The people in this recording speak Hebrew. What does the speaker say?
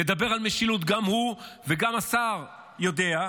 לדבר על משילות, גם הוא וגם השר יודעים,